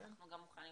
וגם מוכנים